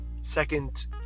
second